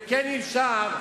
וכן אפשר,